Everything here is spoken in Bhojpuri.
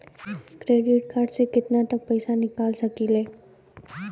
क्रेडिट कार्ड से केतना तक पइसा निकाल सकिले?